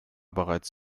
bereits